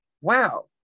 wow